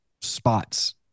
spots